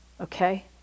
Okay